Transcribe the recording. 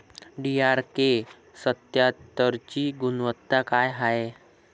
DRK सत्यात्तरची गुनवत्ता काय हाय?